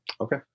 Okay